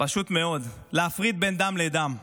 פשוט מאוד, להפריד בין דם לדם.